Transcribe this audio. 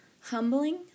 humbling